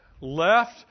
left